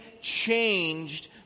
changed